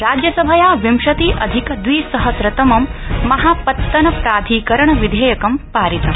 राज्यसभया विंशति अधिक द्विसहस्रतमं महापत्तन प्राधिकरण विधेयकं पारितम्